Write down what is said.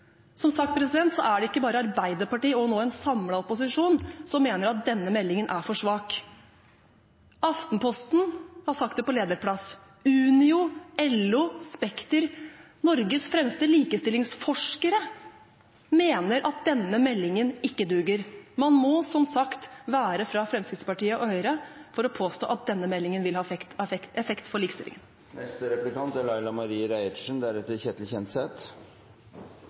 Som sagt er det ikke bare Arbeiderpartiet – og nå en samlet opposisjon – som mener at denne meldingen er for svak. Aftenposten har sagt det på lederplass. Unio, LO, Spekter og Norges fremste likestillingsforskere mener at denne meldingen ikke duger. Man må, som sagt, være fra Fremskrittspartiet og Høyre for å påstå at denne meldingen vil ha effekt for likestillingen. Ja, denne meldinga er